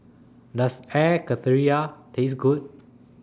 Does Air Karthira Taste Good